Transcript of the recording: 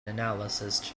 analyst